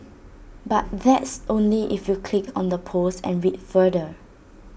but that's only if you click on the post and read further